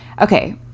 Okay